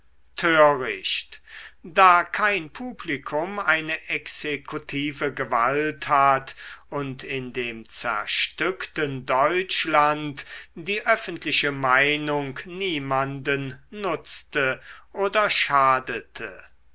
töricht da kein publikum eine exekutive gewalt hat und in dem zerstückten deutschland die öffentliche meinung niemanden nutzte oder schadete